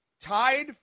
tied